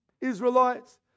Israelites